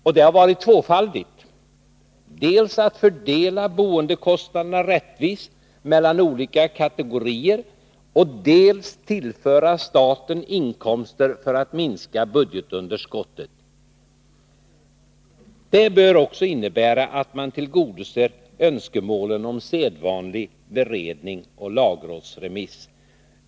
Och det syftet har varit tvåfaldigt: dels att fördela boendekostnaderna rättvist mellan olika kategorier, dels att tillföra staten inkomster för att minska budgetunderskottet. Det bör också innebära att man tillgodoser önskemålen om sedvanlig beredning och lagrådsremiss.